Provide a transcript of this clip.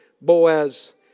Boaz